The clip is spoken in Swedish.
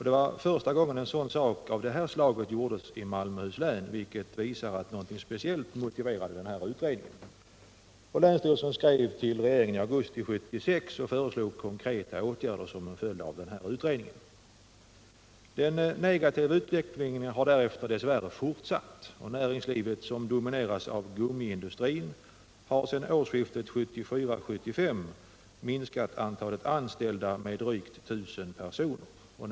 Det var första gången en undersökning av detta slag gjordes i Malmöhus län, vilket visar att någonting speciellt motiverade utredningen. Länsstyrelsen skrev till regeringen i augusti 1976 och föreslog konkreta åtgärder som cen följd av utredningen. Den negativa utvecklingen har därefter dess värre fortsatt. Näringslivet, som domineras av gummiindustrin, har sedan årsskiftet 1974-1975 minskat antalet anställda med drygt 1000 personer i denna sektor.